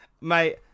Mate